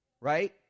Right